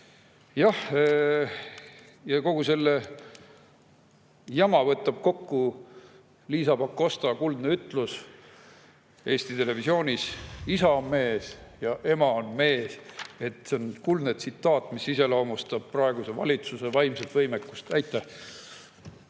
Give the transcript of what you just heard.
Ja kogu selle jama võtab kokku Liisa Pakosta kuldne ütlus Eesti Televisioonis: "Isa on mees ja ema on mees." See on kuldne tsitaat, mis iseloomustab praeguse valitsuse vaimset võimekust. Aitäh!